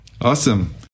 Awesome